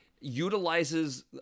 utilizes